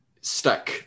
stuck